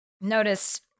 Notice